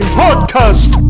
podcast